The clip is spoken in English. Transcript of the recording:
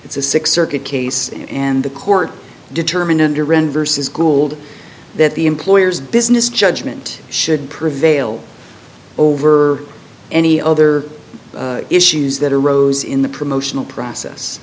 it's a six circuit case and the court determined under rent versus gould that the employer's business judgment should prevail over any other issues that arose in the promotional process